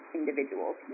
individuals